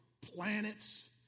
planets